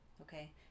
Okay